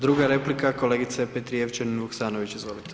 Druga replika, kolegica Petrijevčanin Vuksanović, izvolite.